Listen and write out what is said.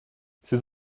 ces